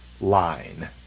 line